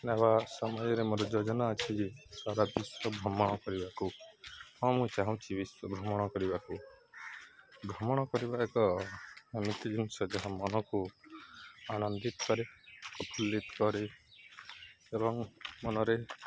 ନବା ସମୟରେ ମୋର ଯୋଜନା ଅଛି ଯେ ସାରା ବିଶ୍ୱ ଭ୍ରମଣ କରିବାକୁ ହଁ ମୁଁ ଚାହୁଁଛି ବିଶ୍ୱ ଭ୍ରମଣ କରିବାକୁ ଭ୍ରମଣ କରିବା ଏକ ଏମିତି ଜିନିଷ ଯାହା ମନକୁ ଆନନ୍ଦିତ କରେ ପ୍ରଫୁଲ୍ଲିତ କରେ ଏବଂ ମନରେ